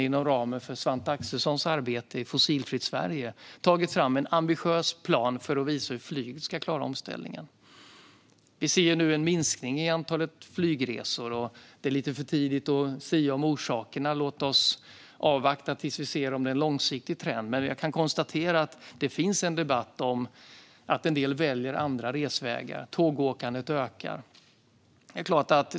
Inom ramen för Svante Axelssons arbete i Fossilfritt Sverige har man tagit fram en ambitiös plan för att visa hur flyget ska klara omställningen. Vi ser nu en minskning i antalet flygresor. Det är lite för tidigt att sia om orsakerna. Låt oss avvakta tills vi ser om det är en långsiktig trend. Men jag kan konstatera att det finns en debatt om att en del väljer andra sätt att resa. Tågåkandet ökar.